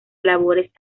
labores